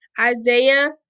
Isaiah